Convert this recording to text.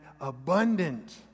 abundant